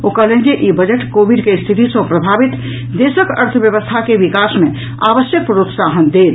ओ कहलनि जे ई बजट कोविड के स्थिति सॅ प्रभावित देशक अर्थव्यवस्था को विकास मे आवश्यक प्रोत्साहन दैत